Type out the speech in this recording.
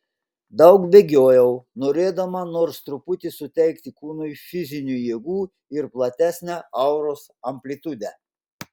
daug bėgiojau norėdama nors truputį suteikti kūnui fizinių jėgų ir platesnę auros amplitudę